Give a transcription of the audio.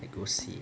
I go see